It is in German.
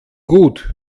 gut